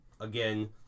Again